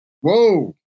Whoa